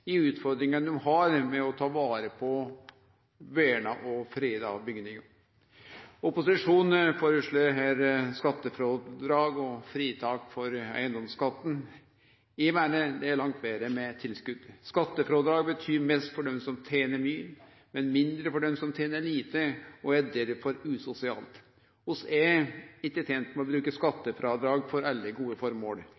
i utfordringane dei har med å ta vare på verna og freda bygningar. Opposisjonen foreslår her skattefrådrag og fritak frå eigedomsskatten. Eg meiner det er langt betre med tilskot. Skattefrådrag betyr mest for dei som tener mykje, men mindre for dei som tener lite, og er derfor usosialt. Vi er ikkje tente med å bruke